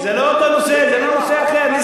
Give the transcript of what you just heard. זה לא נושא אחר,